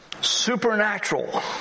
supernatural